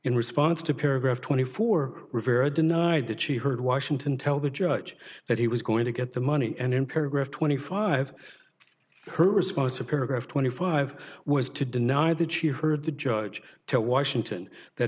in response to paragraph twenty four rivera denied that she heard washington tell the judge that he was going to get the money and in paragraph twenty five her response to paragraph twenty five was to deny that she heard the judge to